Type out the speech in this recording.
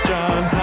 John